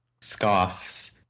scoffs